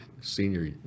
senior